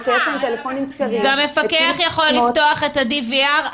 גם מפקח יכול לפתוח את ה DVR,